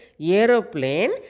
aeroplane